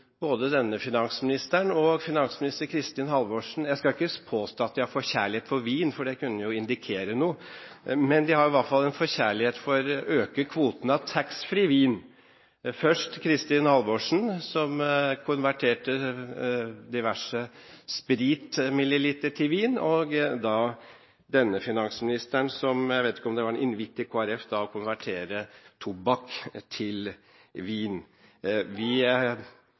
både denne finansministeren og finansminister Kristin Halvorsen – jeg skal ikke påstå at de har en forkjærlighet for vin, for det kunne jo indikere noe – men de har i hvert fall en forkjærlighet for å øke kvoten av taxfree-vin. Først var det Kristin Halvorsen, som konverterte diverse spritmilliliter til vin, og så denne finansministeren, som – jeg vet ikke om det var en invitt til Kristelig Folkeparti – konverterer tobakk til vin.